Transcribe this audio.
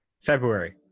February